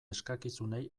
eskakizunei